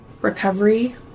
recovery